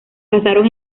pasaron